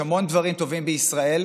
יש המון דברים טובים בישראל,